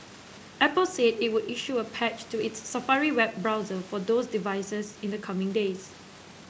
apple said it would issue a patch to its Safari web browser for those devices in the coming days